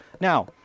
Now